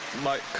my